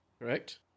Correct